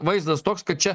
vaizdas toks kad čia